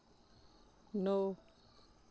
नौ